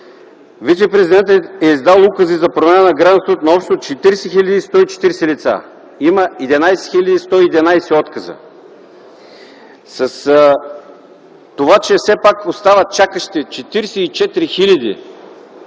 Вицепрезидентът е издал укази за промяна на гражданството на общо 40 140 лица. Има 11 111 отказа. За това, че все пак остават чакащи 44 000